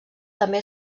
també